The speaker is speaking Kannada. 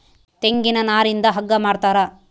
ತೆಂಗಿನ ನಾರಿಂದ ಹಗ್ಗ ಮಾಡ್ತಾರ